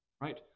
right